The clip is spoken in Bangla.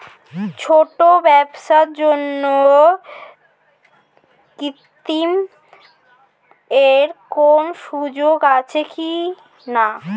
ছোট ব্যবসার জন্য ঋণ এর কোন সুযোগ আছে কি না?